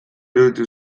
iruditu